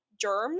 germs